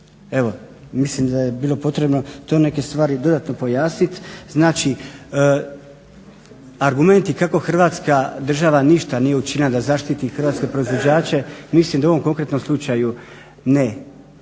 Evo mislim da je bilo potrebno dodano neke stvari pojasniti. Znači argumenti kako Hrvatska država ništa nije učinila da zaštiti hrvatske proizvođače, mislim da u ovom konkretnom slučaju ne